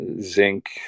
zinc